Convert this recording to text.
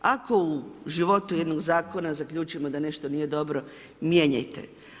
Ako u životu jednog zakona zaključimo da nešto nije dobro, mijenjajte.